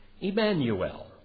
Emmanuel